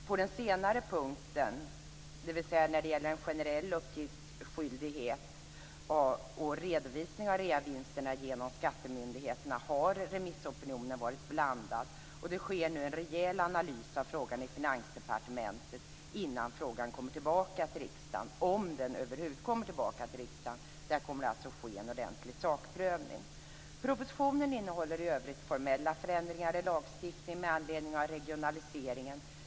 På den senare punkten, dvs. när det gäller en generell uppgiftsskyldighet och redovisning av reavinsterna genom skattemyndigheterna, har remissopinionen varit blandad. Det sker nu en rejäl analys av frågan i Finansdepartementet innan frågan kommer tillbaka till riksdagen, om den över huvud taget kommer tillbaka. Där kommer det alltså att ske en ordentlig sakprövning. Propositionen innehåller i övrigt formella förändringar i lagstiftningen med anledning av regionaliseringen.